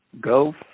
go